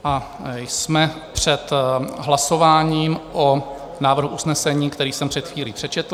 A jsme před hlasováním o návrhu usnesení, které jsem před chvílí přečetl.